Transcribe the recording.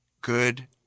good